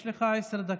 יש לך עשר דקות.